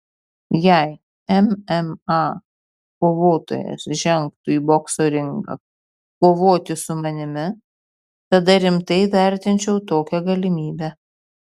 jei mma kovotojas žengtų į bokso ringą kovoti su manimi tada rimtai vertinčiau tokią galimybę